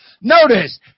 Notice